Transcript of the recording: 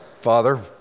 Father